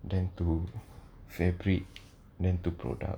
then to fabric then to product